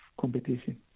competition